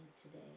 today